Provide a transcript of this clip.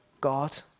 God